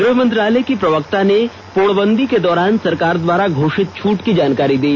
गृह मंत्रालय की प्रवक्ता ने पूर्णबंदी के दौरान सरकार द्वारा घोषित छूट की जानकारी दी